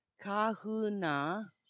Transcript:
Kahuna